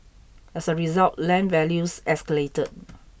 as a result land values escalated